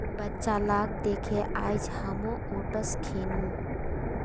बच्चा लाक दखे आइज हामो ओट्स खैनु